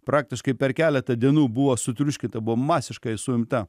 praktiškai per keletą dienų buvo sutriuškinta buvo masiškai suimta